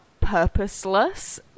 purposeless